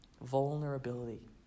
vulnerability